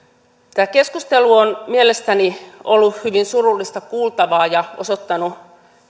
tämä keskustelu on mielestäni ollut hyvin surullista kuultavaa ja osoittanut